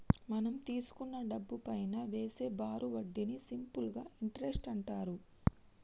మనం తీసుకున్న డబ్బుపైనా వేసే బారు వడ్డీని సింపుల్ ఇంటరెస్ట్ అంటారు